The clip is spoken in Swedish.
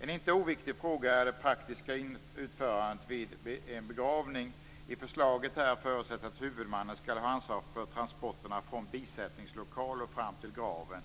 En inte oviktig fråga är det praktiska utförandet vid en begravning. I förslaget förutsätts att huvudmannen skall ha ansvar för transporterna från bisättningslokal fram till graven.